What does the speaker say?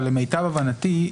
אבל למיטב הבנתי,